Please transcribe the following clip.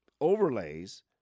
overlays